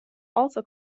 also